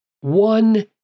one